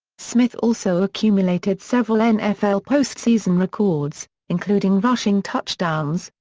smith also accumulated several nfl postseason records, including rushing touchdowns,